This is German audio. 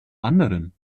anderen